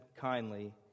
kindly